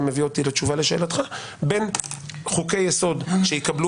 מביא אותי לתשובה לשאלתך בין חוקי יסוד שיקבלו